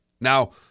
Now